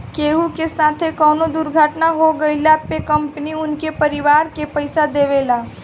केहू के साथे कवनो दुर्घटना हो गइला पे कंपनी उनकरी परिवार के पईसा देवेला